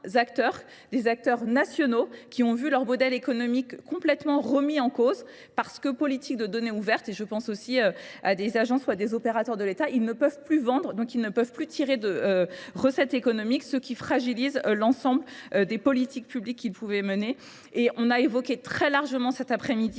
des acteurs nationaux qui ont vu leur modèle économique complètement remis en cause parce que politique de données ouvertes et je pense aussi à des agents soit des opérateurs de l'état ils ne peuvent plus vendre donc ils ne peuvent plus tirer de recettes économiques ce qui fragilise l'ensemble des politiques publiques qu'ils pouvaient mener Et on a évoqué très largement cet après-midi